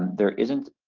there isn't,